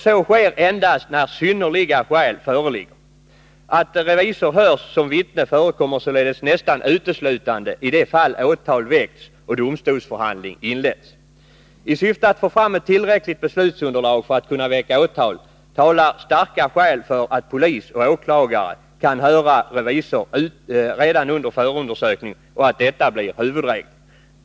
Så sker endast när synnerliga skäl föreligger. Att revisor hörs som vittne förekommer således nästan uteslutande i de fall åtal väckts och domstolsförhandling inletts. Med hänsyn till behovet av att få fram ett tillräckligt beslutsunderlag för att kunna väcka åtal talar starka skäl för att polis och åklagare kan höra revisor redan under förundersökning och att detta blir huvudregel.